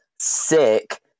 sick